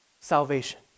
salvation